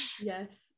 Yes